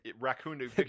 raccoon